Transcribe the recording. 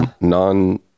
non-